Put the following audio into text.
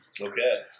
Okay